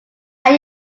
are